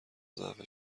ضعف